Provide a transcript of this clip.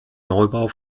neubau